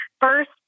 first